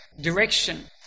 direction